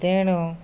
ତେଣୁ